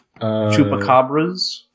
chupacabras